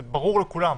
זה ברור לכולם.